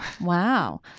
Wow